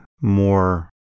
more